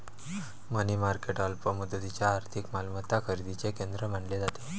मनी market अल्प मुदतीच्या आर्थिक मालमत्ता खरेदीचे केंद्र मानले जाते